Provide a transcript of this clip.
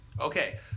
Okay